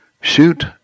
Shoot